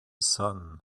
sun